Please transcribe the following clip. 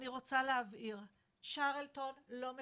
אני רוצה להבהיר, צ'רלטון אינה מפיקה,